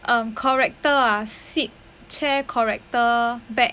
um corrector ah seat chair corrector back